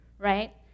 Right